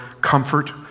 comfort